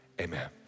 amen